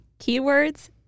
Keywords